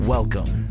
Welcome